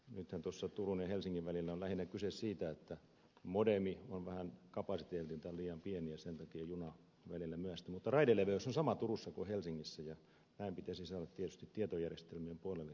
nythän tuossa turun ja helsingin välillä on lähinnä kyse siitä että modeemi on kapasiteetiltaan vähän liian pieni ja sen takia juna välillä myöhästyy mutta raideleveys on sama turussa kuin helsingissä ja näin pitäisi saada tietysti tietojärjestelmien puolellekin tämä yhteensopivuus